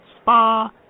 spa